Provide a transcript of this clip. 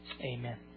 Amen